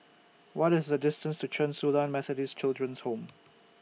What IS The distance to Chen Su Lan Methodist Children's Home